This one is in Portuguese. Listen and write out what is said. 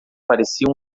parecia